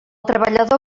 treballador